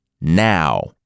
now